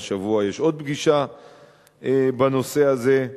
והשבוע יש עוד פגישה בנושא הזה.